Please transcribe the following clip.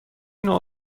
نوع